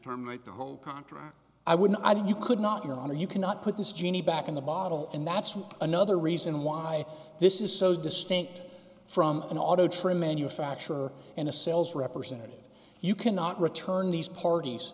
terminate the whole contra i would i do you could not your honor you cannot put this genie back in the bottle and that's another reason why this is so distinct from an auto train manufacturer and a sales representative you cannot return these parties